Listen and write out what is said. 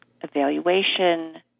evaluation